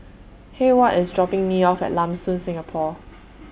Heyward IS dropping Me off At Lam Soon Singapore